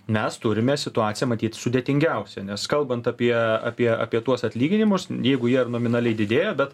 mes turime situaciją matyt sudėtingiausią nes kalbant apie apie apie tuos atlyginimus jeigu jie nominaliai didėjo bet